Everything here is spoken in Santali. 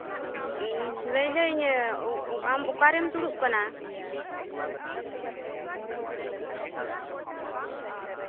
ᱞᱟᱹᱭ ᱫᱟᱹᱧ ᱟᱢ ᱚᱠᱟᱨᱮᱢ ᱫᱩᱲᱩᱵ ᱠᱟᱱᱟ